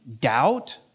doubt